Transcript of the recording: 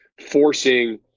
forcing